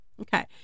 Okay